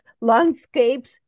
landscapes